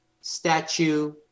statue